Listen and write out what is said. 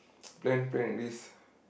plan plan at least